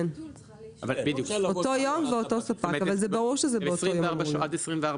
אבל זה ברור שזה באותו יום.